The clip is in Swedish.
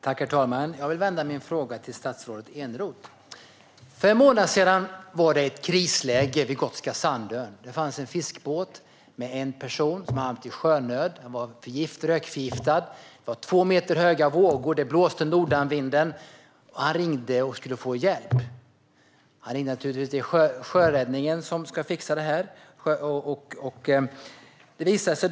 Herr talman! Jag riktar min fråga till statsrådet Eneroth. För en månad sedan var det ett krisläge vid Gotska Sandön. En fiskebåt med en person i hade hamnat i sjönöd. Han var rökförgiftad, det var två meter höga vågor och det blåste nordanvind. Han ringde sjöräddningen för att få hjälp.